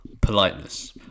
politeness